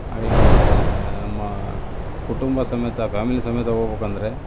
ಆಗಲೇ ಕುಟುಂಬ ಸಮೇತ ಫ್ಯಾಮಿಲಿ ಸಮೇತ ಹೋಗಬೇಕು ಅಂದರೆ